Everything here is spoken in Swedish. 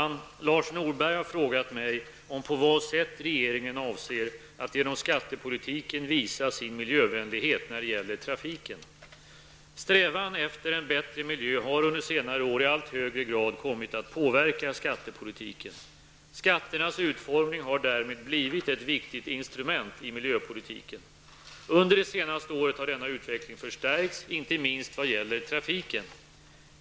Herr talman! Lars Norberg har frågat mig på vilket sätt regeringen avser att genom skattepolitiken visa sin miljövänlighet när det gäller trafiken. Strävan efter en bättre miljö har under senare år i allt högre grad kommit att påverka skattepolitiken. Skatternas utformning har därmed blivit ett viktigt instrument i miljöpolitiken. Under det senaste året har denna utveckling förstärkts, inte minst vad gäller trafiken.